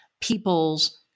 peoples